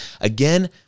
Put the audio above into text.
Again